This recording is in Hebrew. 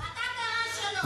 אתה תראה שלא.